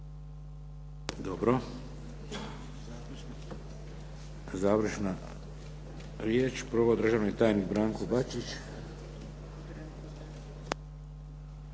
Dobro. Završna riječ, prvo državni tajnik Branko Bačić.